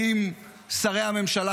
האם שרי הממשלה,